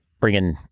bringing